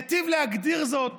היטיב להגדיר זאת